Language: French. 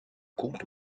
comte